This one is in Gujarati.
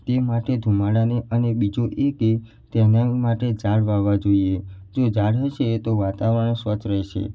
તે માટે ધુમાડાને અને બીજું એ કે તેમને માટે ઝાડ વાવવાં જોઇએ જો ઝાડ હશે તો વાતવરણ સ્વચ્છ રહેશે